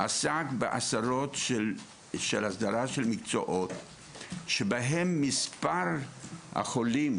-- עסק בהסדרה של עשרות מקצועות שבהם מספר החולים